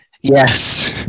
Yes